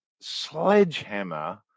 sledgehammer